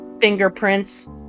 fingerprints